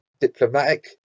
diplomatic